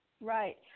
right